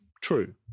true